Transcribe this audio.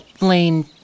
Lane